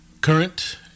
Current